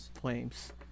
flames